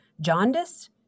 jaundice